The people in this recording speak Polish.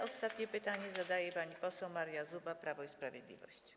Ostatnie pytanie zadaje pani poseł Maria Zuba, Prawo i Sprawiedliwość.